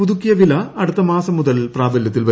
പുതുക്കിയ വില അടുത്ത മാസം മുതൽ പ്രാബലൃത്തിൽ വരും